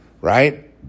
right